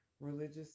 religious